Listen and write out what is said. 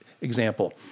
example